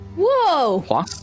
whoa